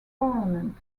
parliament